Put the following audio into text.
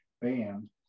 band